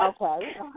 Okay